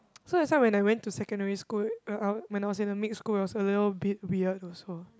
so that's why when I went to secondary school uh uh when I was in a mixed school I was a little bit weird also